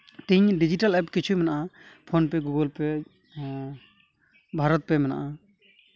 ᱛᱤᱦᱤᱧ digital app ᱠᱤᱪᱷᱩ ᱢᱮᱱᱟᱜᱼᱟ ᱯᱷᱳᱱ ᱯᱮ ᱜᱩᱜᱩᱞ ᱯᱮ ᱵᱷᱟᱨᱚᱛ ᱯᱮ ᱢᱮᱱᱟᱜᱼᱟ